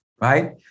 right